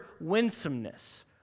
winsomeness